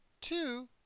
two